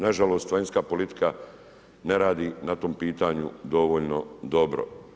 Nažalost, vanjska politika ne radi na tom pitanju dovoljno dobro.